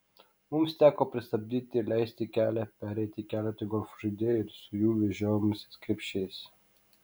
mums teko pristabdyti ir leisti kelią pereiti keletui golfo žaidėjų su jų vežiojamaisiais krepšiais